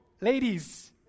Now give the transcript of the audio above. ladies